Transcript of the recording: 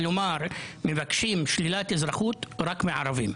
כלומר מבקשים שלילת אזרחות רק מערבים.